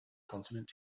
consonant